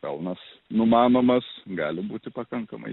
pelnas numanomas gali būti pakankamai